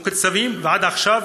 מתוקצבים, ועד עכשיו,